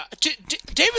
David